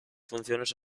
funciones